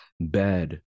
bad